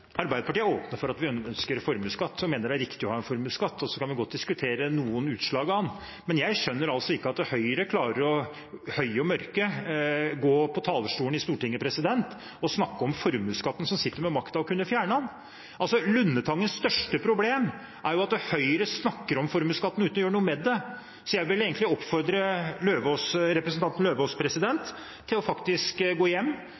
Arbeiderpartiet er åpne om at vi ønsker formuesskatt og mener det er riktig å ha en formuesskatt, og så kan vi godt diskutere noen utslag av den. Men jeg skjønner altså ikke at Høyre klarer – høye og mørke – å gå på talerstolen i Stortinget og snakke om formuesskatten, når de sitter med makten og kunne fjernet den. Lundetangens største problem er at Høyre snakker om formuesskatten uten å gjøre noe med det. Jeg vil egentlig oppfordre representanten Løvaas til å gå hjem